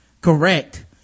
correct